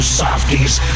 softies